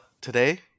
today